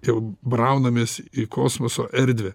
jau braunamės į kosmoso erdvę